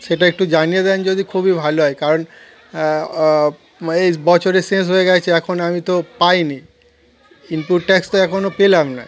সেটা একটু জানিয়ে দেন যদি খুবই ভালো হয় কারণ এই বছরে শেষ হয়ে গেছে এখন আমি তো পাইনি ইনপুট ট্যাক্স তো এখনও পেলাম না